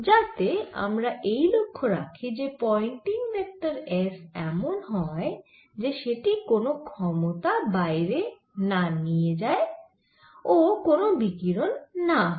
যাতে আমরা এই লক্ষ্য রাখি যে পয়েন্টিং ভেক্টর S এমন হয় যে সেটি কোন ক্ষমতা বাইরে না নিয়ে যায় ও কোন বিকিরণ না হয়